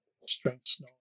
Strengths